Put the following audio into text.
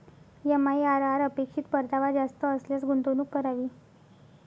MIRR अपेक्षित परतावा जास्त असल्यास गुंतवणूक करावी